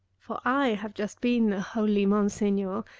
for i have just been the holy monsig-nor!